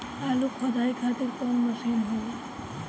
आलू खुदाई खातिर कवन मशीन होला?